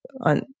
on